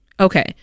Okay